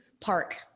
park